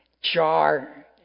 jar